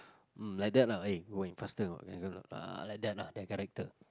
mm like that lah eh keep going faster ah like that lah the character